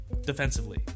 defensively